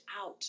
out